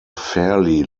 fairly